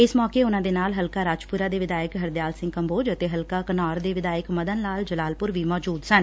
ਇਸ ਮੌਕੇ ਉਨੂਾਂ ਦੇ ਨਾਲ ਹਲਕਾ ਰਾਜਪੁਰਾ ਦੇ ਵਿਧਾਇਕ ਹਰਦਿਆਲ ਸਿੰਘ ਕੰਬੋਜ ਅਤੇ ਹਲਕਾ ਘਨੌਰ ਦੇ ਵਿਧਾਇਕ ਮਦਨ ਲਾਲ ਜਲਾਲਪੁਰ ਵੀ ਮੌਜੁਦ ਸਨ